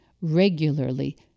regularly